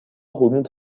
remonte